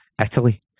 Italy